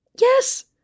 Yes